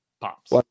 pops